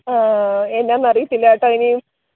ആഹ് എന്നാണെന്ന് അറിയത്തില്ല കേട്ടോ ഇനിയും